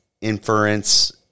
inference